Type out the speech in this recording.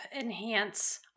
enhance